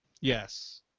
Yes